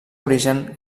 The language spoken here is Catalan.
origen